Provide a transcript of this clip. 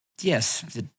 Yes